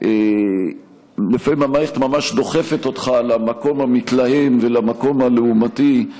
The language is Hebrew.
ולפעמים המערכת ממש דוחפת אותך למקום המתלהם ולמקום הלעומתי,